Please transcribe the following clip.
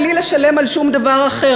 בלי לשלם על שום דבר אחר.